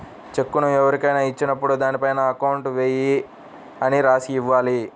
చెక్కును ఎవరికైనా ఇచ్చినప్పుడు దానిపైన అకౌంట్ పేయీ అని రాసి ఇవ్వాలి